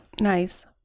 Nice